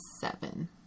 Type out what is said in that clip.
seven